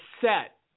set